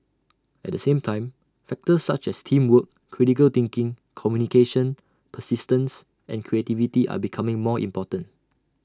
at the same time factors such as teamwork critical thinking communication persistence and creativity are becoming more important